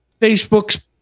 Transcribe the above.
Facebook's